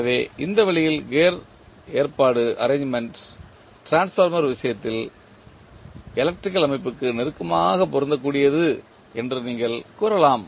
எனவே இந்த வழியில் கியர் ஏற்பாடு டிரான்ஸ்ஃபார்மர் விஷயத்தில் எலக்ட்ரிக்கல் அமைப்புக்கு நெருக்கமாக பொருந்தக்கூடியது என்று நீங்கள் கூறலாம்